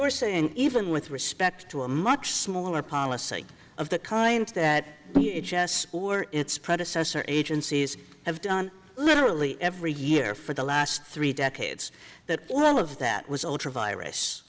're saying even with respect to a much smaller policy of the kind that each of us or its predecessor agencies have done literally every year for the last three decades that all of that was ultra virus